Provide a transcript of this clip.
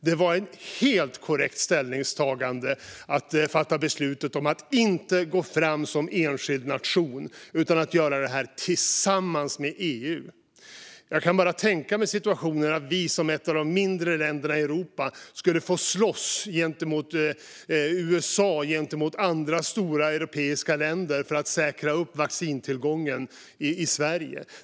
Det var ett helt korrekt ställningstagande att fatta beslut om att inte gå fram som enskild nation utan att göra det här tillsammans med EU. Jag kan bara tänka mig situationen att vi som ett av de mindre länderna i Europa skulle få slåss mot USA och andra stora europeiska länder för att säkra upp vaccintillgången i Sverige.